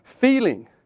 feeling